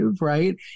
right